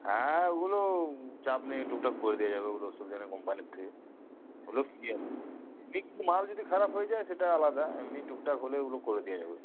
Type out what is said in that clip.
হ্যাঁ ওগুলো চাপ নেই টুকটাক করে দেয়া যাবে ওগুলো অসুবিধা নেই কোম্পানির থেকে ওগুলো কী আছে এমনি কিছু মাল যদি খারাপ হয়ে যায় সেটা আলাদা এমনি টুকটাক হলে ওগুলো করে দেয়া যাবে